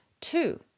Two